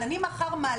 גם אם זה 120 אחוז תפוסה.